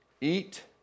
eat